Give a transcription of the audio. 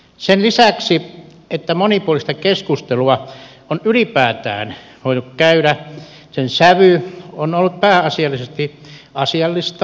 sen lisäksi että monipuolista keskustelua on ylipäätään voitu käydä sen sävy on ollut pääasiallisesti asiallista ja analyyttista